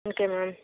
okay ma'am